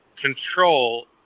control